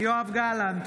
יואב גלנט,